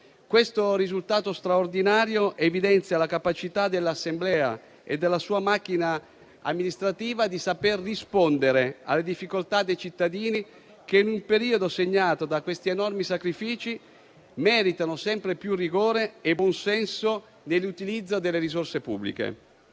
Questo risultato straordinario evidenzia la capacità dell'Assemblea e della sua macchina amministrativa di saper rispondere alle difficoltà dei cittadini che, in un periodo segnato da questi enormi sacrifici, meritano sempre più rigore e buon senso nell'utilizzo delle risorse pubbliche.